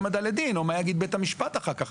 העמדה לדין או מה יגיד בית המשפט אחר כך.